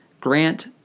grant